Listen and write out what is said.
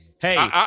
hey